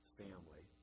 family